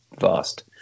vast